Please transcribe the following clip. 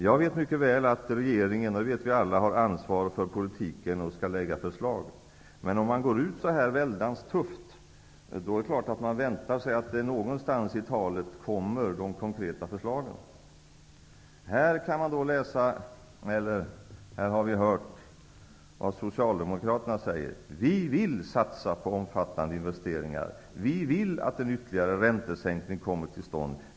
Jag vet mycket väl att regeringen, det vet vi alla, har ansvar för politiken och skall lägga förslag. Men om någon går ut så här väldans tufft är det klart att man väntar sig att de konkreta förslagen skall komma någonstans i talet. Här har vi hört vad Socialdemokraterna säger:Vi vill satsa på omfattande investeringar. Vi vill att en ytterligare räntesänkning kommer till stånd.